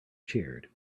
cheered